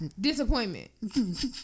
disappointment